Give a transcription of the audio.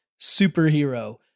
superhero